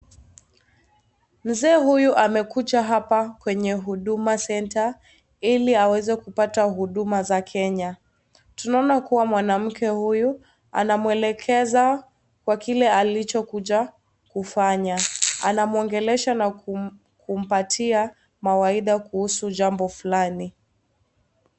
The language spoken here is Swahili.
Mzee huyu amekuja hapa kwenye Huduma Centre Ili aweze kupata huduma za Kenya. Tunaona kuwa mwanamke huyu anamwelegeza kwa kile alichokuja kufanya. Anamwongelesha na kumpatia mawaidha kuhusu jambo fulani.